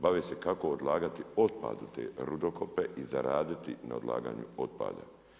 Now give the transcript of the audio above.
Bave se kako odlagati otpad u te rudokope i zaraditi na odlaganju otpada.